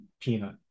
peanut